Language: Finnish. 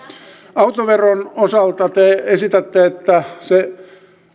autoveron osalta te esitätte että